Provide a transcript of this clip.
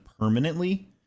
Permanently